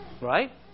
Right